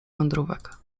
wędrówek